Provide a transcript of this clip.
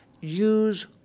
use